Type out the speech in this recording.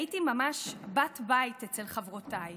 הייתי ממש בת בית אצל חברותיי,